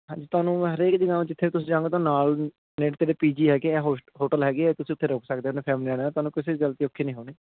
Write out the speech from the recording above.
ਤੁਹਾਨੂੰ ਮੈਂ ਹਰੇਕ ਜਗ੍ਹਾਵਾਂ ਜਿੱਥੇ ਤੁਸੀਂ ਜਾਓਂਗੇ ਤੁਹਾਨੂੰ ਨਾਲ ਨੇ ਤੇਰੇ ਪੀ ਜੀ ਹੈਗੇ ਆ ਹੋਸ ਹੋਟਲ ਹੈਗੇ ਤੁਸੀਂ ਉਥੇ ਰੁਕ ਸਕਦੇ ਫੈਮਿਲੀ ਨਾਲ ਰਹਿਣਾ ਤੁਹਾਨੂੰ ਕਿਸੇ ਗੱਲ ਦੀ ਔਖੀ ਨਹੀਂ ਹੋਣੀ